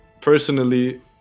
personally